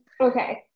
Okay